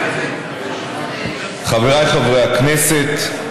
חבריי חברי הכנסת,